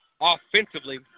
offensively